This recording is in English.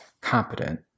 competent